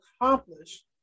accomplish